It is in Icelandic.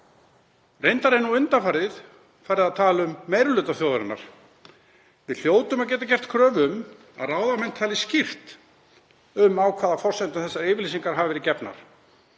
reyndar er nú undanfarið farið að tala um meiri hluta þjóðarinnar. Við hljótum að geta gert kröfu um að ráðamenn tali skýrt um á hvaða forsendum þessar yfirlýsingar hafa verið gefnar.